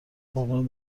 قربون